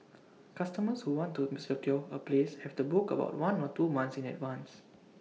customers who want to secure A place have to book about one or two months in advance